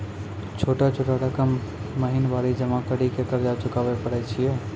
छोटा छोटा रकम महीनवारी जमा करि के कर्जा चुकाबै परए छियै?